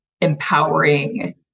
empowering